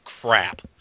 crap